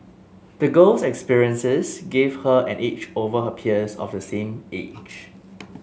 the girl's experiences gave her an edge over her peers of the same age